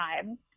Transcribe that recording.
time